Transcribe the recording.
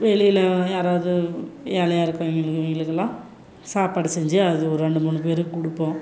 வெளியில் யாராவது ஏழையா இருக்கிறவைங்க இவங்களுக்கெல்லாம் சாப்பாடு செஞ்சு அது ஒரு ரெண்டு மூணு பேருக்குக் கொடுப்போம்